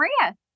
Maria